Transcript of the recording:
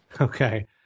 Okay